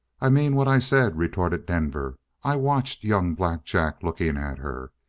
i mean what i said, retorted denver. i watched young black jack looking at her.